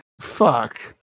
fuck